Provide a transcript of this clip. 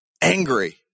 Angry